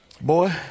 Boy